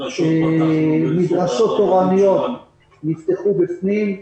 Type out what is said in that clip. מדרשות תורניות נפתחו בפנים.